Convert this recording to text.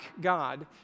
God